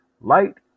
Light